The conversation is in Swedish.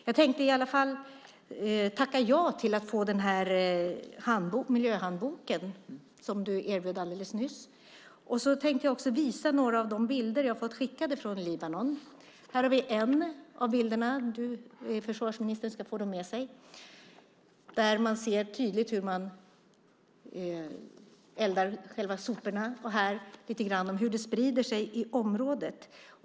Jag tänkte tacka ja till att få miljöhandboken som ministern erbjöd alldeles nyss. Sedan tänkte jag visa några av de bilder jag har fått från Libanon. Försvarsministern ska få med sig bilderna. Här finns en av bilderna där man tydligt ser eldning av sopor, och här finns en bild av spridningen av röken i området.